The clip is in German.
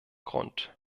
grund